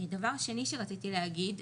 דבר שני שרציתי להגיד,